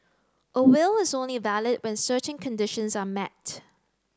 a will is only valid when certain conditions are met